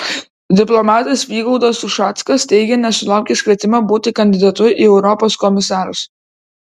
diplomatas vygaudas ušackas teigia nesulaukęs kvietimo būti kandidatu į europos komisarus